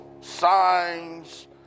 signs